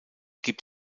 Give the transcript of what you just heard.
gibt